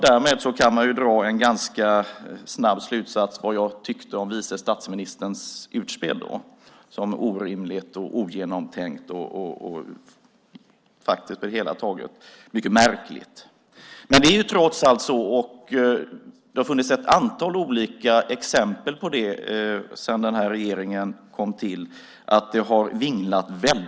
Därmed kan man dra en ganska snabb slutsats om vad jag tyckte om vice statsministerns utspel. Det var orimligt, ogenomtänkt och på det hela taget mycket märkligt. Det är trots allt så att det har vinglat väldigt mycket hit och dit. Det har funnits ett antal olika exempel på det sedan den här regeringen kom till.